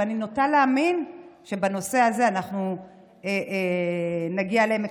אבל אני נוטה להאמין שבנושא הזה אנחנו נגיע לעמק